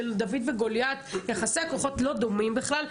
זה דוד וגוליית, יחסי הכוחות לא דומים בכלל.